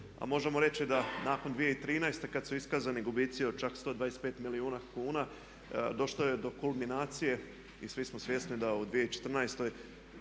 a možemo reći da nakon 2013. kad su iskazani gubici od čak 125 milijuna kuna došlo je do kulminacije i svi smo svjesni da u 2014.